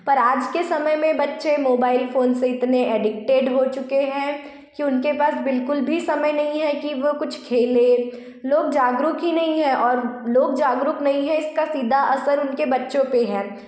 पर आज के समय में बच्चे मोबाईल फ़ोन से इतने एडिक्टेड हो चुके हैं कि उनके पास बिलकुल भी समय नहीं है कि वह कुछ खेलें लोग जागरूक ही नहीं है और लोग जागरूक नहीं है इसका सीधा असर उनके बच्चों पर है